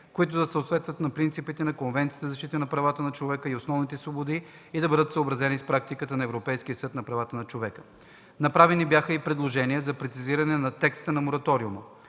които да съответстват на принципите на Конвенцията за защита на правата на човека и основните свободи и да бъдат съобразени с практиката на Европейския съд за правата на човека. Направени бяха и предложения за прецизиране на текста на мораториума,